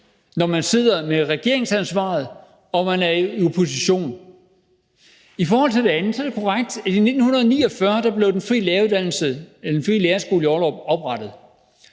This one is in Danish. når man sidder med regeringsansvaret, som når man er i opposition. I forhold til det andet er det korrekt, at i 1949 blev Den Frie Lærerskole i Ollerup oprettet.